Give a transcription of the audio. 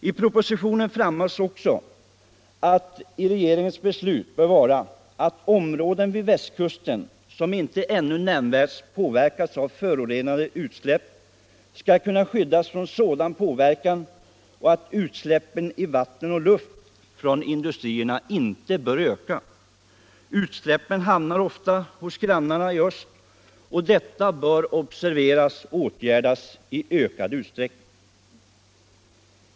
I propositionen framhålls också att en utgångspunkt bör vara att områden vid västkusten som ännu inte nämnvärt påverkats av förorenade utsläpp skall kunna skyddas från sådan påverkan och att utsläppen i vatten och luft från industrierna inte bör öka. Utsläppen hamnar ofta hos grannarna i öst, vilket bör observeras och åtgärdas i ökad utsträckning.